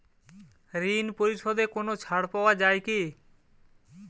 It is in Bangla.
ঋণ পরিশধে কোনো ছাড় পাওয়া যায় কি?